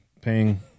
paying